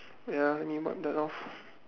ya let me wipe that off